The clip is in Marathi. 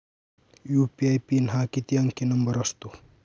यू.पी.आय पिन हा किती अंकी नंबर असतो?